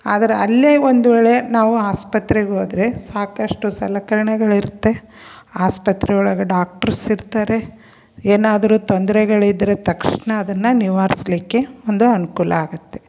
ಆದ್ರೆ ಅಲ್ಲೇ ಒಂದು ವೇಳೆ ನಾವು ಆಸ್ಪತ್ರೆಗೆ ಹೋದ್ರೆ ಸಾಕಷ್ಟು ಸಲಕರಣೆಗಳಿರ್ತೆ ಆಸ್ಪತ್ರೆಯೊಳಗೆ ಡಾಕ್ಟ್ರ್ಸ್ ಇರ್ತಾರೆ ಏನಾದರು ತೊಂದರೆಗಳಿದ್ರೆ ತಕ್ಷಣ ಅದನ್ನು ನಿವಾರಿಸ್ಲಿಕ್ಕೆ ಒಂದು ಅನುಕೂಲ ಆಗುತ್ತೆ